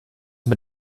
mit